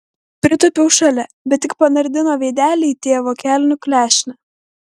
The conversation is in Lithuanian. pritūpiau šalia bet tik panardino veidelį į tėvo kelnių klešnę